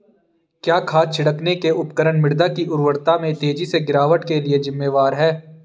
क्या खाद छिड़कने के उपकरण मृदा की उर्वरता में तेजी से गिरावट के लिए जिम्मेवार हैं?